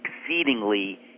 exceedingly